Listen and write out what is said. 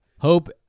Hope